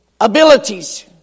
abilities